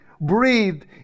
breathed